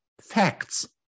facts